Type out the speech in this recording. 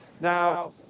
Now